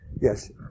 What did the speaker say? Yes